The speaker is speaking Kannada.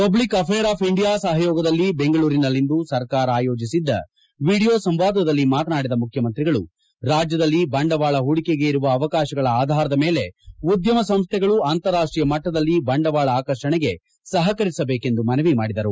ಪಬ್ಲಕ್ ಅಫೇರ್ ಆಫ್ ಇಂಡಿಯಾ ಸಹಯೋಗದಲ್ಲಿ ಬೆಂಗಳೂರಿನಲ್ಲಿಂದು ಸರ್ಕಾರ ಆಯೋಜಿಸಿದ್ದ ವಿಡಿಯೋ ಸಂವಾದದಲ್ಲಿ ಮಾತನಾಡಿದ ಮುಖ್ಯಮಂತ್ರಿಗಳು ರಾಜ್ಯದಲ್ಲಿ ಬಂಡವಾಳ ಪೂಡಿಕೆಗೆ ಇರುವ ಅವಕಾಶಗಳ ಆಧಾರದ ಮೇಲೆ ಉದ್ದಮ ಸಂಸ್ಥೆಗಳು ಅಂತಾರಾಷ್ಟೀಯ ಮಟ್ಟದಲ್ಲಿ ಬಂಡವಾಳ ಆಕರ್ಷಣೆಗೆ ಸಹಕರಿಸಬೇಕೆಂದು ಮನವಿ ಮಾಡಿದರು